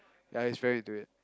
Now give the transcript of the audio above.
ya he is very into it